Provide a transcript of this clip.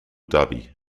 dhabi